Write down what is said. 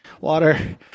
water